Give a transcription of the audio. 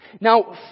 now